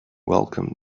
welcomed